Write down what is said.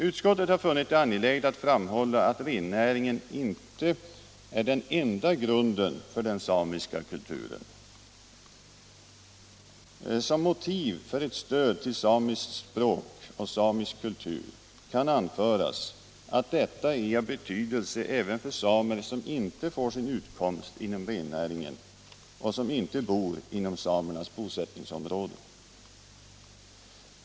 Utskottet har funnit det angeläget att framhålla att rennäringen inte är den enda grunden för den samiska kulturen. Som motiv för ett stöd till samiskt språk och samisk kultur kan anföras att detta är av betydelse även för samer som inte får sin utkomst inom rennäringen och som inte bor inom samernas bosättningsområde.